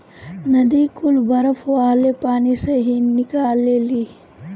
नदी कुल बरफ वाले पानी से ही निकलेली